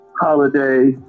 Holiday